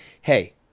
hey